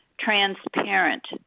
transparent